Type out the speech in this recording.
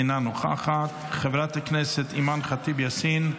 אינה נוכחת, חברת הכנסת אימאן ח'טיב יאסין,